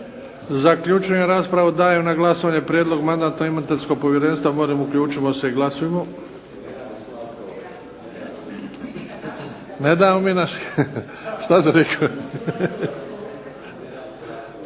Zaključujem raspravu. Dajem na glasovanje prijedlog Mandatno-imunitetskog povjerenstva. Molim uključimo se i glasujmo. Ne damo mi naše. Rezultat.